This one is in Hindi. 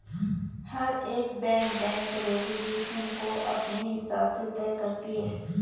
हर एक बैंक बैंक रेगुलेशन को अपने हिसाब से तय करती है